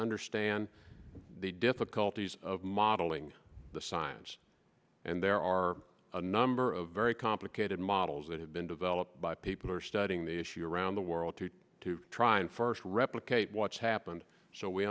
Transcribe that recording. understand the difficulties of modeling the science and there are a number of very complicated models that have been developed by people who are studying the issue around the or altered to try and first replicate what's happened so we